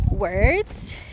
words